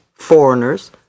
Foreigners